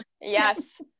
Yes